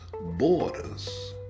borders